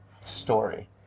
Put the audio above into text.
story